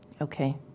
Okay